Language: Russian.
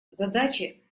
задачи